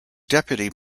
deputy